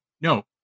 no